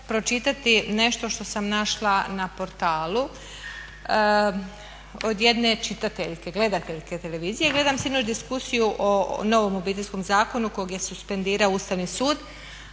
pročitati nešto što sam našla na portalu od jedne čitateljke, gledateljke televizije. Gledam sinoć diskusiju o novom Obiteljskom zakonu kog je suspendirao Ustavni sud.